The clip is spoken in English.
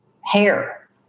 hair